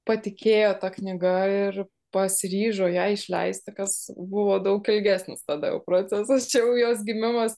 patikėjo ta knyga ir pasiryžo ją išleisti kas buvo daug ilgesnis tada jau procesas čia jau jos gimimas